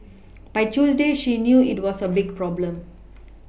by Tuesday she knew it was a big problem